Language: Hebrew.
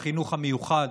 בחינוך המיוחד,